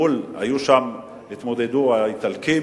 מול התמודדו שם האיטלקים,